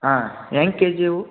ಹಾಂ ಹ್ಯಾಂಗೆ ಕೆಜಿ ಅವು